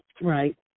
Right